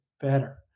better